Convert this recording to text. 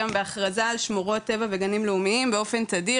אנחנו עוסקים גם בהכרזה על שמורות טבע וגנים לאומיים באופן תדיר,